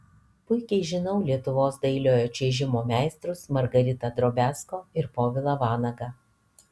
puikiai žinau lietuvos dailiojo čiuožimo meistrus margaritą drobiazko ir povilą vanagą